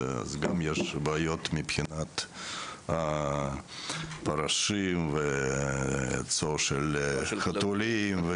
גם יש בעיות כמו פרעושים וצואה של כלבים וחתולים.